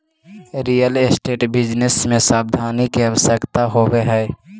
real estate business में सावधानी के आवश्यकता होवऽ हई